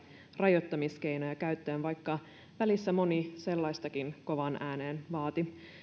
rajoittamiskeinoja vaikka välissä moni sellaistakin kovaan ääneen vaati